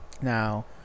Now